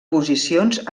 posicions